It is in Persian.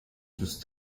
دوست